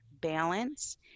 balance